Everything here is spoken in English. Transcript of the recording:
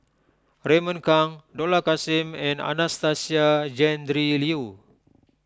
Raymond Kang Dollah Kassim and Anastasia Tjendri Liew